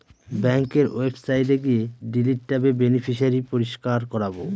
ব্যাঙ্কের ওয়েবসাইটে গিয়ে ডিলিট ট্যাবে বেনিফিশিয়ারি পরিষ্কার করাবো